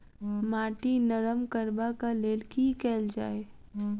माटि नरम करबाक लेल की केल जाय?